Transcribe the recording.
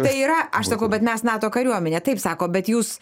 tai yra aš sakau bet mes nato kariuomenė taip sako bet jūs